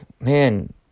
man